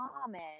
common